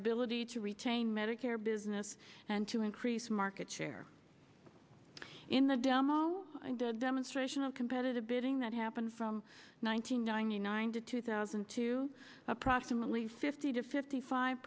ability to retain medicare business and to increase market share in the demo demonstration of competitive bidding that happen from one nine hundred ninety nine to two thousand and two approximately fifty to fifty five